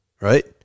right